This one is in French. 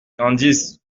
candice